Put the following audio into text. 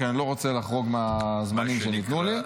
אני לא רוצה לחרוג מהזמנים שניתנו לי.